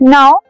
Now